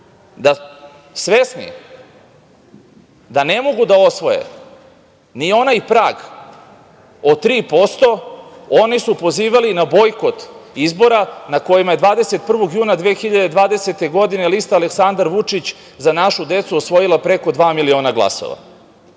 svesni da ne mogu da osvoje ni onaj prag od 3%, oni su pozivali na bojkot izbora, na kojima je 21. juna 2020. godine lista „Aleksandar Vučić – Za našu decu“ osvojila preko dva miliona glasova. Te